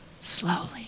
Slowly